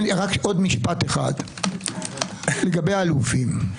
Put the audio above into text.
לגבי האלופים,